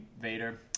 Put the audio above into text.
Vader